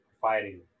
fighting